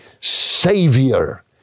Savior